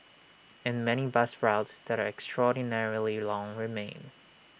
and many bus routes that are extraordinarily long remain